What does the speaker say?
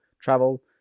travel